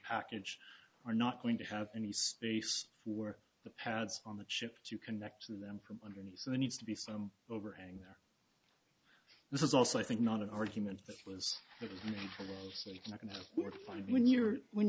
package are not going to have any space for the pads on the chip to connect to them from underneath so the needs to be some overhang there this is also i think not an argument but it was more fun when you're when